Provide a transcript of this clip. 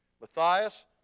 Matthias